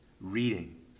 reading